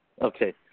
Okay